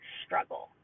struggle